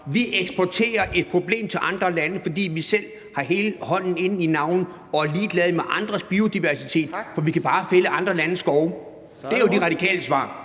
Vi eksporterer et problem til andre lande, fordi vi selv har hele hånden inde i navlen og er ligeglade med andres biodiversitet – vi kan bare fælde andre landes skove. Det er jo De Radikales svar.